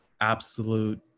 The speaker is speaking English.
absolute